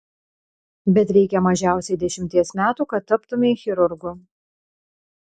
bet reikia mažiausiai dešimties metų kad taptumei chirurgu